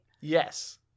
Yes